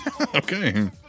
Okay